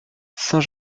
saint